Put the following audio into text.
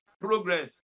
progress